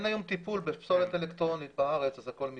אין בארץ טיפול בפסולת אלקטרונית ולכן הכול מיוצא.